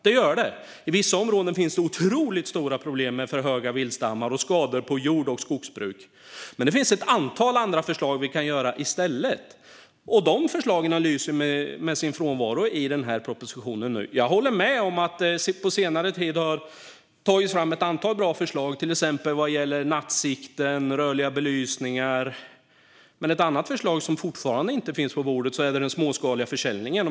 Det gör det. I vissa områden finns det otroligt stora problem med för stora viltstammar och skador på jord och skogsbruk, men det finns ett antal andra förslag som vi skulle kunna prata om i stället. De förslagen lyser dock med sin frånvaro i propositionen. Jag håller med om att det på senare tid har tagits fram ett antal bra förslag, till exempel vad gäller nattsikten och rörliga belysningar. Men en annan fråga som det fortfarande inte finns något förslag om är den småskaliga försäljningen.